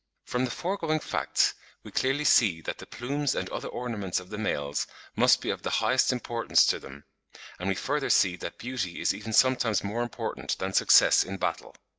from the foregoing facts we clearly see that the plumes and other ornaments of the males must be of the highest importance to them and we further see that beauty is even sometimes more important than success in battle.